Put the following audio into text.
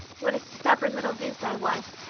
what a stubborn little goose i was.